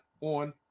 on